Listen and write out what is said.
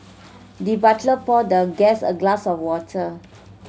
the butler poured the guest a glass of water